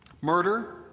Murder